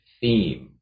theme